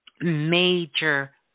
major